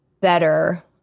better